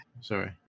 Sorry